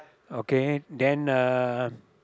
okay then uh